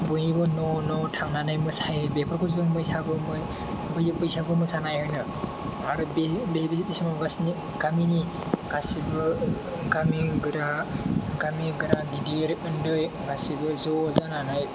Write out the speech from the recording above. बयनिबो न' न' थांनानै मोसायो बेफोरखौ जों बैसागु मोसानाय होनो आरो बे बे समावनो गामिनि गासैबो गामिनि गोरा गामि गोरा गिदिर उन्दै गासैबो ज' जानानै